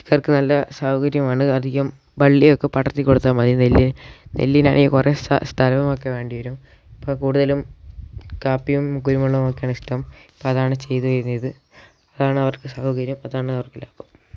ഇവർക്ക് നല്ല സൗകര്യമാണ് അധികം വള്ളിയൊക്കെ പടർത്തി കൊടുത്താൽ മതി നെല്ല് നെല്ലിനാണെങ്കിൽ കുറേ സ്ഥലവുമൊക്കെ വേണ്ടി വരും ഇപ്പം കൂടുതലും കാപ്പിയും കുരുമുളകും ഒക്കെയാണ് ഇഷ്ടം ഇപ്പം അതാണ് ചെയ്തെയ്തെയ്ത് അതാണ് അവർക്ക് സൗകര്യം അതാണ് അവർക്ക് ലാഭം